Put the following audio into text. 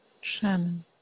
Shannon